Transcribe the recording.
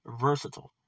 versatile